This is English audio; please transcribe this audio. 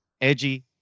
edgy